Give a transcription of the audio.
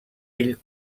ell